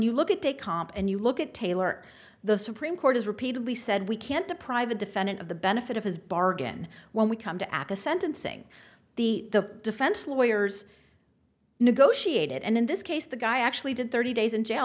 you look at the comp and you look at taylor the supreme court has repeatedly said we can't deprive a defendant of the benefit of his bargain when we come to aca sentencing the the defense lawyers negotiated and in this case the guy actually did thirty days in jail